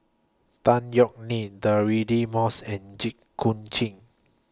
Tan Yeok Nee Deirdre Moss and Jit Koon Ch'ng